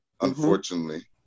Unfortunately